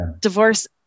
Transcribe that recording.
Divorce